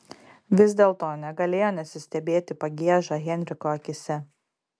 vis dėlto negalėjo nesistebėti pagieža henriko akyse